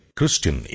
Christian